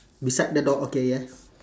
beside the door okay yes